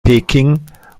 peking